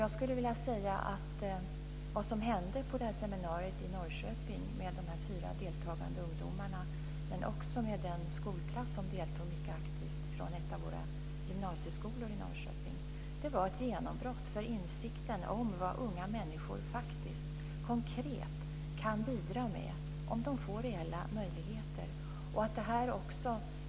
Jag skulle vilja säga att det som hände på seminariet i Norrköping där de fyra ungdomarna men också en klass från en gymnasieskola i Norrköping mycket aktivt deltog var ett genombrott för insikten om vad unga människor konkret kan bidra med om de får reella möjligheter.